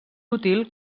útil